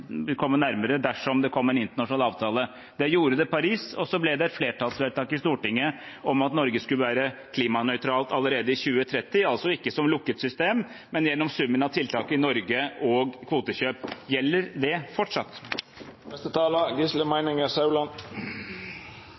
dersom det kom en internasjonal avtale. Det gjorde det i Paris, og så ble det et flertallsvedtak i Stortinget om at Norge skulle være klimanøytralt allerede i 2030 – altså ikke som lukket system, men gjennom summen av tiltak i Norge og kvotekjøp. Gjelder det